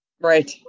right